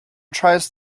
tries